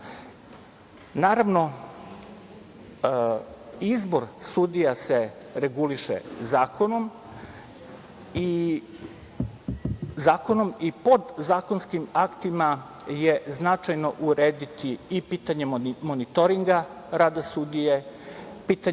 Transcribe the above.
sudstva. Naravno, izbor sudija se reguliše zakonom, zakonom i podzakonskim aktima je značajno urediti i pitanje monitoringa rada sudije, pitanje